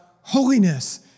holiness